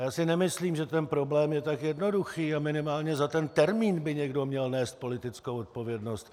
Já si nemyslím, že ten problém je tak jednoduchý, a minimálně za ten termín by někdo měl nést politickou odpovědnost.